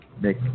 make